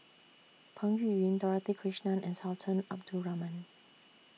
Peng Yuyun Dorothy Krishnan and Sultan Abdul Rahman